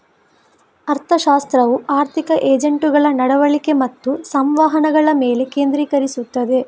ಅರ್ಥಶಾಸ್ತ್ರವು ಆರ್ಥಿಕ ಏಜೆಂಟುಗಳ ನಡವಳಿಕೆ ಮತ್ತು ಸಂವಹನಗಳ ಮೇಲೆ ಕೇಂದ್ರೀಕರಿಸುತ್ತದೆ